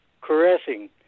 caressing